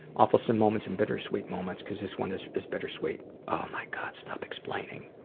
awfulsome moments, and bittersweet moments cause this one is is bittersweet. oh my god. stop explaining.